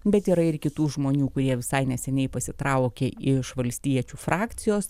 bet yra ir kitų žmonių kurie visai neseniai pasitraukė iš valstiečių frakcijos